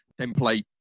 template